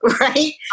right